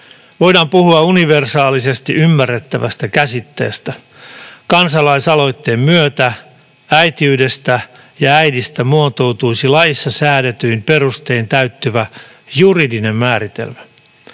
Voidaan puhua universaalisesti ymmärrettävästä käsitteestä. Kansalaisaloitteen myötä äitiydestä ja äidistä muotoutuisi laissa säädetyin perustein täyttyvä juridinen määritelmä.